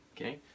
Okay